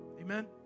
Amen